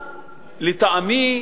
לטעמי,